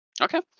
Okay